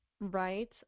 right